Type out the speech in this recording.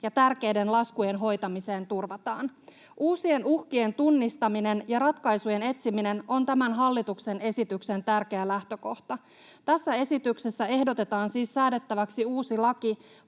ja tärkeiden laskujen hoitamiseen turvataan. Uusien uhkien tunnistaminen ja ratkaisujen etsiminen on tämän hallituksen esityksen tärkeä lähtökohta. Tässä esityksessä ehdotetaan siis säädettäväksi uusi laki